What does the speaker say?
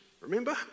Remember